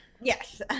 Yes